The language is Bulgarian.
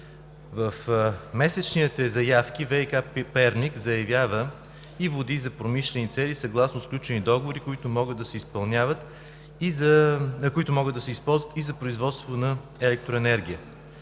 В месечните заявки ВиК – Перник, заявява води за промишлени цели съгласно сключени договори, които могат да се използват и за производство на електроенергия.